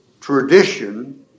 tradition